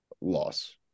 loss –